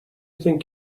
think